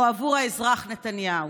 או עבור האזרח נתניהו?